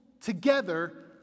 together